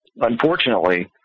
Unfortunately